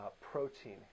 protein